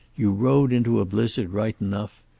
you rode into a blizzard, right enough.